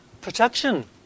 protection